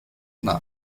nach